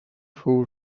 fou